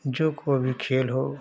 जो कोई भी खेल हो